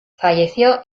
falleció